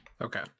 Okay